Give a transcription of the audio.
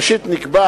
ראשית, נקבע